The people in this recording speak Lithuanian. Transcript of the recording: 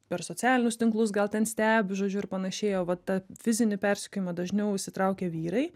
per socialinius tinklus gal ten stebi žodžiu ir panašiai o va tą fizinį persekiojimą dažniau įsitraukia vyrai